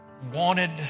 wanted